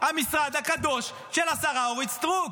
המשרד הקדוש של השרה אורית סטרוק.